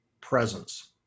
presence